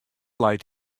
leit